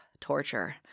torture